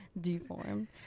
deformed